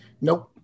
Nope